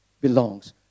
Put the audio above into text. belongs